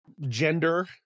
gender